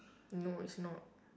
no it's not